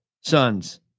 sons